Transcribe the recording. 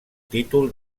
títol